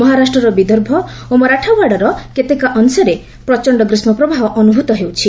ମହାରାଷ୍ଟ୍ରର ବିଦର୍ଭ ଓ ମରାଠାୱାଡାର କେତେକ ଅଂଶରେ ପ୍ରଚଣ୍ଡ ଗ୍ରୀଷ୍କପ୍ରବାହ ଅନୁଭ୍ରତ ହେଉଛି